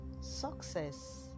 success